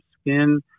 skin